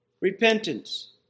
Repentance